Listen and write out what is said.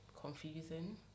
confusing